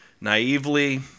naively